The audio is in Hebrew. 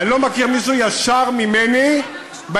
אני לא מכיר מישהו ישר ממני בהתנהלות